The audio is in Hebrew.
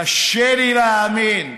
קשה לי להאמין.